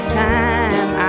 time